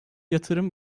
yatırım